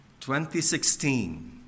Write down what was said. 2016